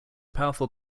powerful